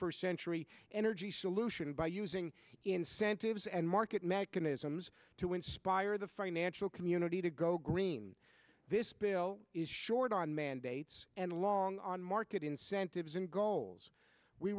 first century energy solution by using incentives and market mechanisms to inspire the financial community to go green this bill is short on mandates and long on market incentives and goals we